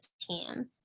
team